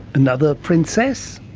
another princess?